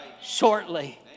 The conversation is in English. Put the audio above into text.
shortly